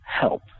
help